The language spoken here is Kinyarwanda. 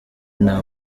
nta